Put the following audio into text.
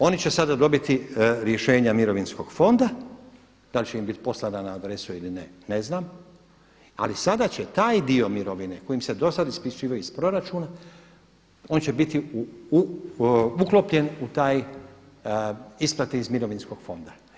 Oni će sada dobiti rješenja Mirovinskog fonda, da li će im bit poslana na adresu ili ne, ne znam ali sada će taj dio mirovine kojim se do sad isplaćivao iz proračuna on će biti uklopljen u taj, isplate iz Mirovinskog fonda.